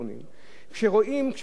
שרואים כשבתוך נגיעה אישית,